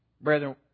Brethren